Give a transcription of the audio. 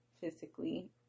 physically